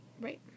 Right